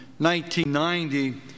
1990